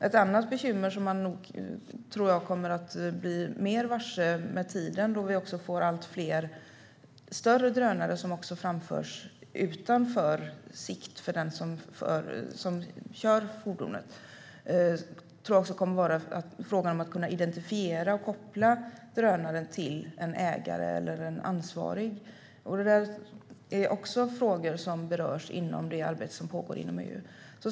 Ett annat bekymmer som jag tror att man kommer att bli mer varse med tiden - då vi får allt större drönare som framförs utanför sikten för den som framför farkosten - gäller att kunna identifiera och koppla drönare till en ägare eller en ansvarig. Detta är också frågor som berörs inom det arbete som pågår inom EU.